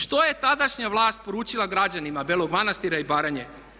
Što je tadašnja vlast poručila građanima Belog Manstira i Baranje?